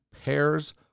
pairs